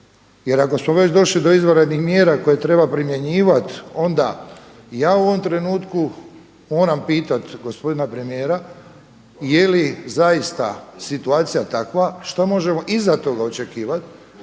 Jer ako smo već došli do izvanrednih mjera koje treba primjenjivati onda ja u ovom trenutku moram pitati gospodina premijera, je li zaista situacija takva, što možemo iza toga očekivat?